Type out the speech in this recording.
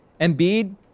Embiid